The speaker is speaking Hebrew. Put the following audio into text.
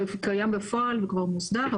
קיים בפועל וכבר מוסדר,